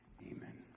Amen